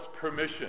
permission